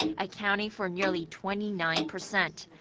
accounting for nearly twenty nine percent.